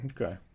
Okay